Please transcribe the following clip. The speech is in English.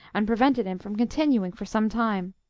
and prevented him from continuing for some time.